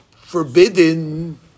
forbidden